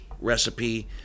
recipe